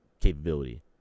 capability